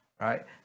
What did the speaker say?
Right